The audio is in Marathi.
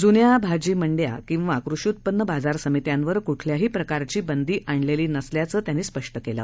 जुन्या भाजी मंडया आणि कृषी उत्पन्न बाजार समित्यांवर कुठल्याही प्रकारची बंदी आणलेली नसल्याचं त्यांनी सांगितलं